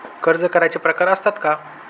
कर्ज कराराचे प्रकार असतात का?